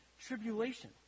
tribulation